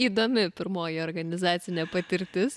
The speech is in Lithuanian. įdomi pirmoji organizacinė patirtis